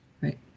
Right